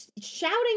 shouting